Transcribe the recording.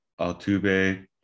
Altuve